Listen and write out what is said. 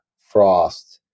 frost